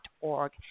org